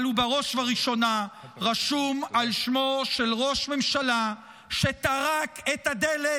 אבל בראש ובראשונה רשום על שמו של ראש ממשלה שטרק את הדלת,